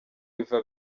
biva